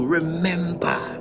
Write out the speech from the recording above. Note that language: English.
Remember